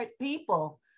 people